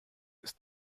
ist